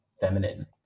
feminine